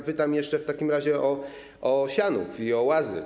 Dopytam jeszcze w takim razie o Sianów i o Łazy.